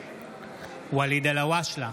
ואליד אלהואשלה,